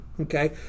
okay